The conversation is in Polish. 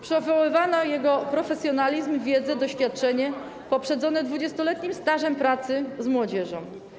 Przywoływano jego profesjonalizm, wiedzę, doświadczenie poprzedzone 20-letnim stażem pracy z młodzieżą.